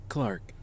Clark